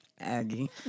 Aggie